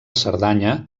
cerdanya